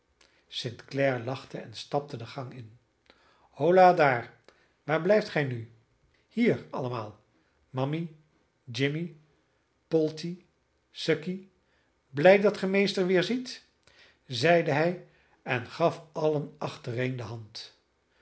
clare lachte en stapte de gang in holla daar waar blijft gij nu hier allemaal mammy jimmy polty suckey blij dat ge meester weerziet zeide hij en gaf allen achtereen de hand